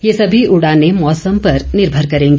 ये सभी उड़ानें मौसम पर निर्भर करेंगी